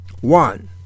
one